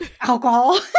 Alcohol